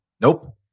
Nope